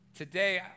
Today